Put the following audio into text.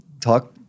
talk